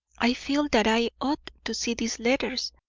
i feel that i ought to see these letters,